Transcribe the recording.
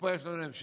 מפה יש לנו המשך.